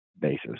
basis